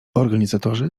organizatorzy